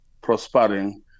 prospering